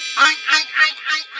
i